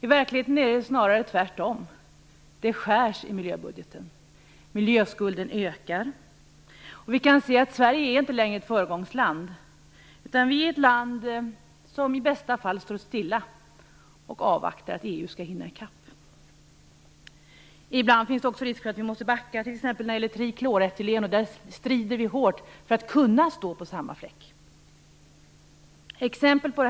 I verkligheten skärs det i miljöbudgeten. Miljöskulden ökar. Vi kan se att Sverige inte längre är ett föregångsland utan ett land som i bästa fall står stilla och avvaktar att EU skall hinna ikapp. Ibland finns det också risk för att vi måste backa, t.ex. när det gäller trikloretylen där vi strider hårt för att kunna stå på samma fläck.